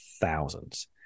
thousands